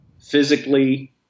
physically